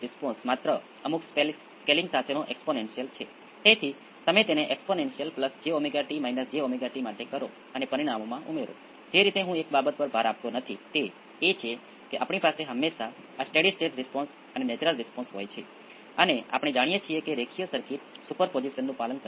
05 થશે અને quality factor 10 હશે અને આ સ્પષ્ટ અને અંડર ડેમ્પડ સિસ્ટમ છે અને આ કિસ્સામાં response A 0 exponential prt cos pit ϕ પ્રકારનો અને આપણી પાસે બે અચળ A 0 અને ϕ જે પ્રારંભિક પરિસ્થિતિઓમાંથી શોધી શકાય છે